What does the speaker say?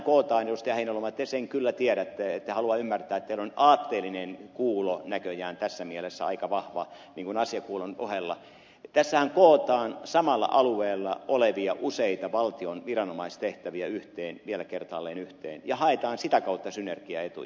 heinäluoma te sen kyllä tiedätte ette halua ymmärtää teillä on aatteellinen kuulo näköjään tässä mielessä aika vahva asiakuulon ohella samalla alueella olevia useita valtion viranomaistehtäviä vielä kertaalleen yhteen ja haetaan sitä kautta synergiaetuja